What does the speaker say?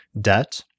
debt